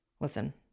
Listen